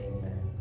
Amen